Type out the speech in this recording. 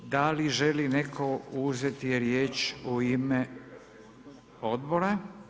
Da li želi netko uzeti riječ u ime odbora.